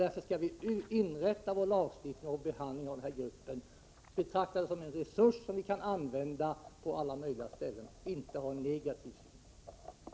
Därför skall vi inrätta vår lagstiftning och vår behandling av den här gruppen så att den betraktas som en resurs som kan användas på alla möjliga ställen, inte som någonting man har en negativ syn - på.